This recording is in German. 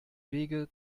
wege